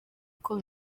uko